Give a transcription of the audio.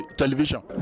television